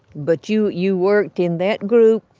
but you you worked in that group.